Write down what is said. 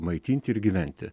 maitinti ir gyventi